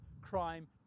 crime